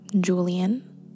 Julian